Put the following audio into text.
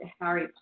Harry